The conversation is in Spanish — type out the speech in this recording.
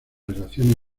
relaciones